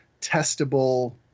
testable